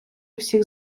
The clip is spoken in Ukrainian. всіх